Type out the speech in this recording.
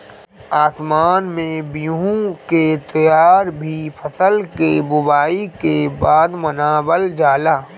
आसाम में बिहू के त्यौहार भी फसल के बोआई के बाद मनावल जाला